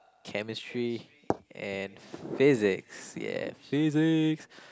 Chemistry and Physics yeah Physics